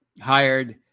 hired